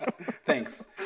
Thanks